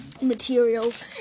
materials